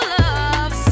love